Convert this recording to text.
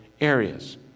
areas